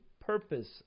purpose